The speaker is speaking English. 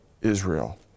Israel